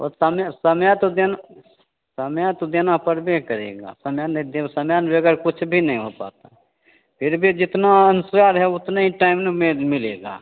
वह तमय समय तो देना समय तो देना पड़बे करेगा समय नहीं देव समय ना बग़ैर कुछ भी नहीं हो पाता फिर भी जितना अनुसार है उतने टाइम ना मेद मिलेगा